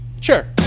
Sure